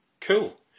Cool